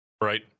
right